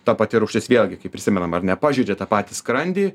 ta pati rūgštis vėlgi kaip prisimenam ar ne pažeidžia tą patį skrandį